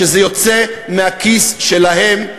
שזה יוצא מהכיס שלהם,